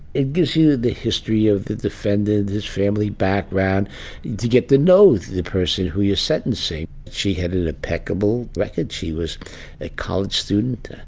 it gives you the history of the defended his family background to get to know the person who you're sentencing. she had an impeccable record. she was a college student.